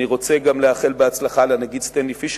אני רוצה לאחל הצלחה גם לנגיד סטנלי פישר.